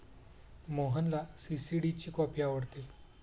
मोहनला सी.सी.डी ची कॉफी आवडते